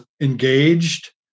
engaged